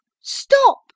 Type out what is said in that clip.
Stop